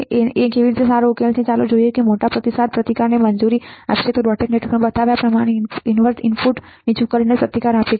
A કેવી રીતે સારો ઉકેલ છે ચાલો જોઈએ કે આ મોટા પ્રતિસાદ પ્રતિકારને મંજૂરી આપશે જ્યારે ડોટેડ નેટવર્કમાં બતાવ્યા પ્રમાણે ઇનવર્ટ ઇનપુટ નીચું કરીને જ પ્રતિકારને જુઓ